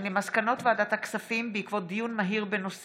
על מסקנות ועדת הכספים בעקבות דיון מהיר בהצעתם של חברי הכנסת רם